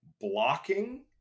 blocking